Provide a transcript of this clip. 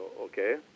okay